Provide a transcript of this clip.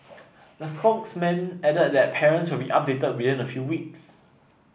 the spokesman added that parents will be updated within a few weeks